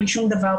בלי שום דבר.